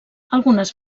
algunes